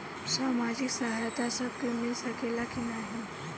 सामाजिक सहायता सबके मिल सकेला की नाहीं?